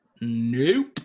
Nope